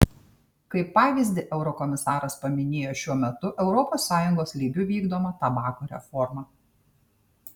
kaip pavyzdį eurokomisaras paminėjo šiuo metu europos sąjungos lygiu vykdomą tabako reformą